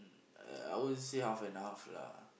mm I I won't say half and half lah